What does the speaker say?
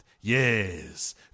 yes